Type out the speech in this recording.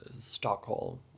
Stockholm